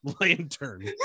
Lantern